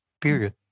Period